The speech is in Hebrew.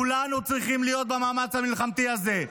כולנו צריכים להיות במאמץ המלחמתי הזה,